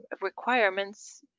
requirements